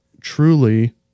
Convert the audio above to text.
truly